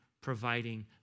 providing